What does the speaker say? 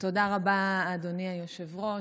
אדוני היושב-ראש.